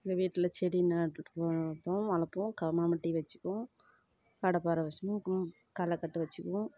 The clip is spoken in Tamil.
எங்கள் வீட்டில் செடி நட்டுட்டு இருக்கோம் வளர்ப்போம் காமா மட்டையை வச்சுப்போம் கடப்பாறை வச்சுக்குவோம் களக்கட்டு வச்சுக்குவோம்